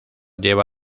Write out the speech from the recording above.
lleva